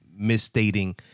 Misstating